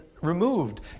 removed